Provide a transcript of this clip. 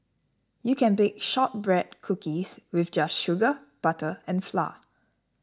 you can bake Shortbread Cookies with just sugar butter and flour